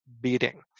beating